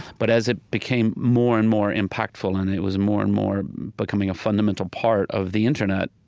but as it became more and more impactful, and it was more and more becoming a fundamental part of the internet,